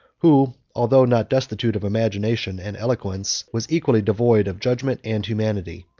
who, although not destitute of imagination and eloquence, was equally devoid of judgment and humanity.